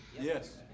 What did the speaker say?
Yes